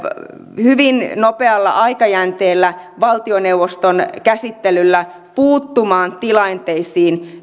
hyvin nopealla aikajänteellä valtioneuvoston käsittelyllä puuttumaan tilanteisiin